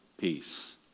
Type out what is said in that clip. peace